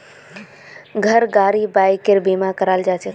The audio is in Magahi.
घर गाड़ी बाइकेर बीमा कराल जाछेक